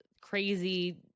crazy